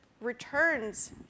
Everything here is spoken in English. returns